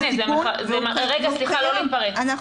כן,